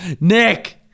Nick